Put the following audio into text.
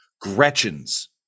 Gretchens